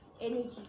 energy